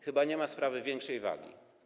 Chyba nie ma sprawy większej wagi.